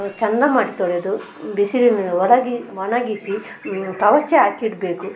ಆ ಚಂದ ಮಾಡಿ ತೊಳೆದು ಬಿಸಿಲಿನಲ್ಲಿ ಒರಗಿ ಒಣಗಿಸಿ ಕವುಚಿ ಹಾಕಿ ಇಡಬೇಕು